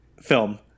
film